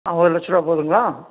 ஆ ஒரு லட்ச ரூவா போதுங்களா